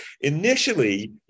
Initially